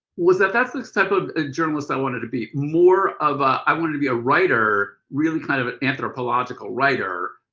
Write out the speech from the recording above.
was that that's this type of ah journalist i wanted to be. more of a i wanted to be a writer, really kind of of anthropological writer.